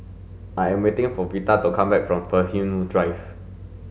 I am waiting for Vita to come back from Fernhill Drive